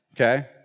Okay